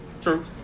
True